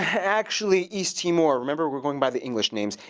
actually east timor, remember, we're going by the english names.